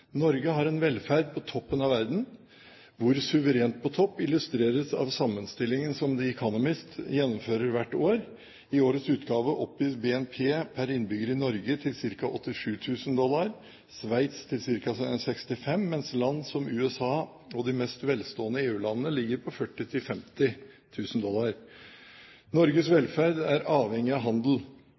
Norge har en velferd på toppen av verden. Hvor suverent på topp illustreres av sammenstillingen som The Economist gjennomfører hvert år. I årets utgave oppgis BNP per innbygger i Norge til ca. 87 000 dollar, Sveits til ca. 65 000 dollar, mens land som USA og de mest velstående EU-landene ligger på 40 000–50 000 dollar. Norges velferd er avhengig av handel.